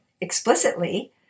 explicitly